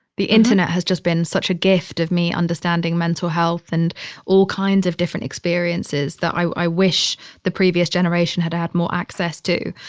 the internet has just been such a gift of me understanding mental health and all kinds of different experiences that i wish the previous generation had had more access to.